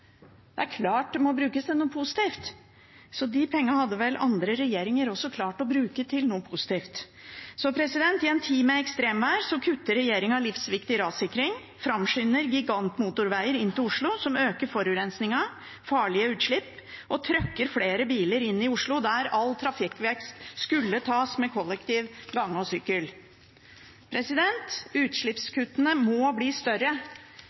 klart de må brukes til noe positivt. De pengene hadde vel også andre regjeringer klart å bruke til noe positivt. I en tid med ekstremvær kutter regjeringen livsviktig rassikring og framskynder gigantmotorveier inn til Oslo, noe som øker forurensning og farlige utslipp og trykker flere biler inn i Oslo, der all trafikkvekst skulle tas med kollektiv, gange og sykkel. Utslippskuttene må bli større.